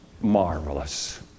marvelous